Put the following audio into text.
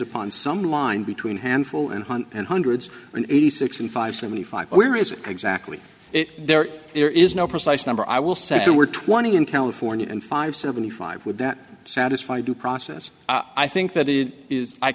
upon some line between handful and one and hundreds and eighty six and five seventy five where is exactly there there is no precise number i will say there were twenty in california and five seventy five would that satisfy due process i think that it is i